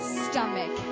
stomach